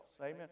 amen